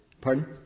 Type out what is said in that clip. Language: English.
Pardon